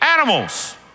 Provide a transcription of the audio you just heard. animals